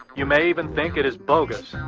you may even think it is bogus.